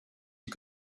you